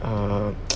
uh